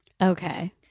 Okay